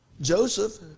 Joseph